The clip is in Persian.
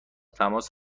تماس